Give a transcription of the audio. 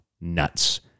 nuts